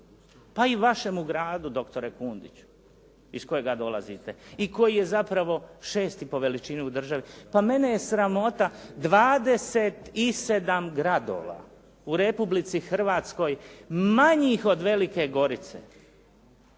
pa i vašemu gradu doktore Kundiću iz kojega dolazite i koji je zapravo šesti po veličini u državi. Pa mene je sramota, 27 gradova u Republici Hrvatskoj manjih od Velike Gorice